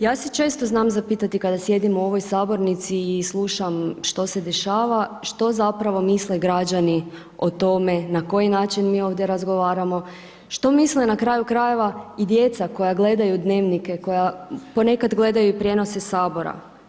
Ja se često znam zapitati kada sjedim u ovoj sabornici i slušam što se dešava, što zapravo misle građani o tome, na koji način mi ovdje razgovaramo, što misle na kraju krajeva, i djeca koja gledaju dnevnike, koja ponekad gledaju i prijenose Sabora.